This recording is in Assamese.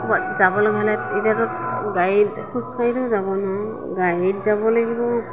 যাব লগা হ'লে এতিয়াতো গাড়ীত খোজ কাঢ়িতো যাব নোৱাৰোঁ গাড়ীত যাব লাগিব